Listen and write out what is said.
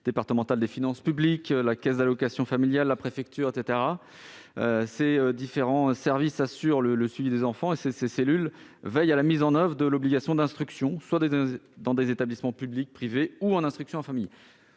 départementale des finances publiques, la caisse d'allocations familiales et la préfecture. Ces différents services assurent le suivi des enfants et ces cellules veillent à la mise en oeuvre de l'obligation d'instruction, soit dans des établissements publics ou privés, soit dans le cadre de l'instruction en famille.